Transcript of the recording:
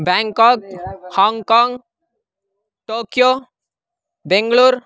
Bangkok Hong Kong Tokyo Bengaluru